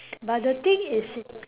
but the thing is